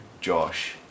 Josh